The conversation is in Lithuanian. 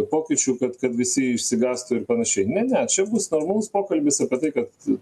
pokyčių kad kad visi išsigąstų ir panašiai ne ne čia bus normalus pokalbis apie tai kad